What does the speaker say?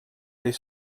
dig